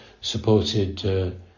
supported